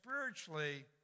spiritually